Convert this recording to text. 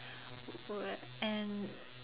and